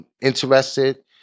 interested